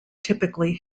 typically